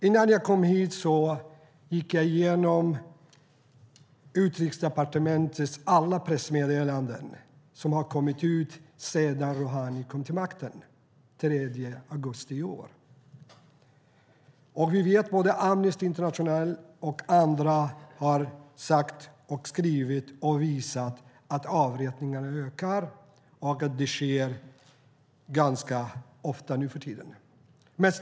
Innan jag kom hit gick jag igenom Utrikesdepartementets alla pressmeddelanden som har kommit ut sedan Rohani kom till makten den 3 augusti i år. Vi vet att både Amnesty International och andra har sagt och skrivit och visat att avrättningarna ökar och att de sker ganska ofta nu för tiden.